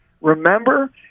Remember